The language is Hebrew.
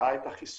שפיתחה את החיסון,